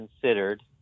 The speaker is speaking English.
considered